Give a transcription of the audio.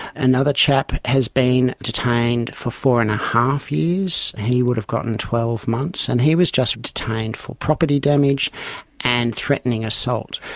another chap has been detained for four and a half years. he would have gotten twelve months. and he was just detained for property damage and threatening assault.